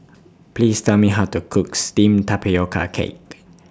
Please Tell Me How to Cook Steamed Tapioca Cake